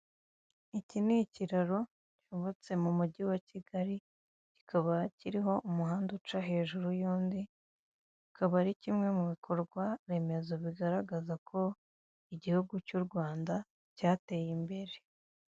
Iki ni ikiraro cyubatse mumugi wa Kigali, kikaba kiriho umuhanda uca hejuru y'undi, kikaba ari kimwe mubikorwa remezo bigaragaza ko igihugu cy'u Rwanda cyateye imbere.